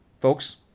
Folks